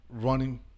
running